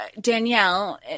Danielle